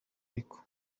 ariko